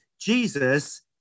Jesus